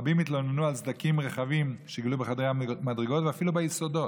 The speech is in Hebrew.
רבים התלוננו על סדקים רחבים שהתגלו בחדרי המדרגות ואפילו ביסודות.